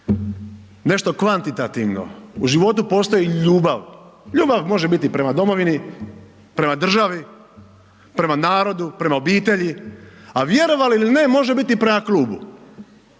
nešto kvantitativno, u životu postoji ljubav, ljubav može biti prema domovini, prema državi, prema narodu, prema obitelji, a vjerovali ili ne može biti i prema klubu,